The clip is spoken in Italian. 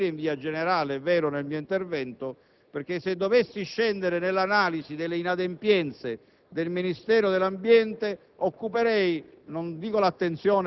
Io mi sono riferito anche ad altre materie, in via generale, nel mio intervento, perché se dovessi scendere nell'analisi delle inadempienze del Ministero dell'ambiente